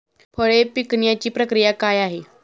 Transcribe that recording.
फळे पिकण्याची प्रक्रिया काय आहे?